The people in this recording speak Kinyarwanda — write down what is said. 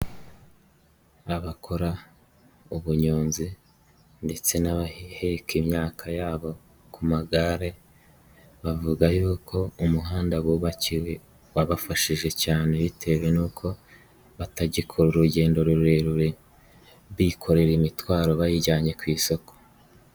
Abakora ubunyonzi ndetse n'abaheka imyaka yabo ku magare, bavuga yuko umuhanda bubakiwe wabafashije cyane bitewe n'uko batagikora urugendo rurerure bikorera imitwaro bayijyanye ku isoko.